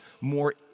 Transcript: more